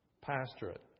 pastorate